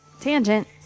Tangent